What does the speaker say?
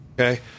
Okay